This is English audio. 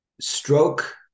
stroke